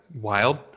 wild